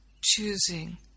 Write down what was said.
choosing